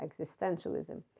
existentialism